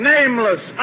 Nameless